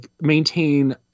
maintain